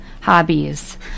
hobbies